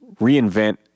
reinvent